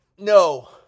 No